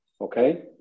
Okay